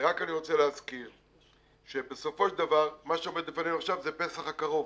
ורק אני רוצה להזכיר בסופו של דבר מה שעומד לפנינו עכשיו זה פסח הקרוב.